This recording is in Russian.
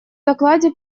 докладе